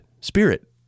spirit